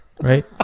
Right